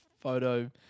photo